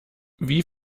wie